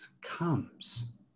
comes